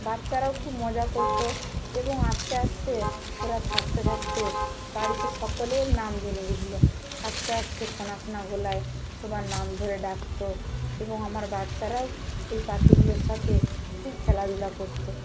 বাচ্চারাও খুব মজা করত এবং আস্তে আস্তে ওরা থাকতে থাকতে বাড়িতে সকলের নাম জেনে গেছিলো আস্তে আস্তে খোনা খোনা গলায় সবার নাম ধরে ডাকত এবং আমার বাচ্চারাও ওই পাখিগুলোর সাথে খুব খেলাধুলা করত